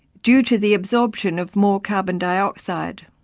due to the absorption of more carbon dioxide.